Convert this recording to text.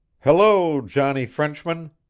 hello, johnny frenchman!